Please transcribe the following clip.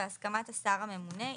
בהסכמת השר הממונה,